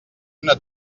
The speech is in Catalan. una